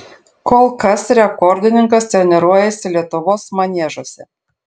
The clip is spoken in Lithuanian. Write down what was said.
kol kas rekordininkas treniruojasi lietuvos maniežuose